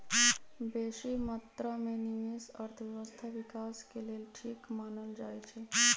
बेशी मत्रा में निवेश अर्थव्यवस्था विकास के लेल ठीक मानल जाइ छइ